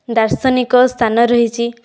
ଦାର୍ଶନିକ ସ୍ଥାନ ରହିଛି